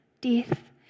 Death